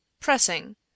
Pressing